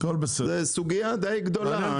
זו סוגיה די גדולה.